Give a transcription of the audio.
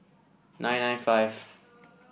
nine nine five